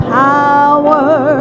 power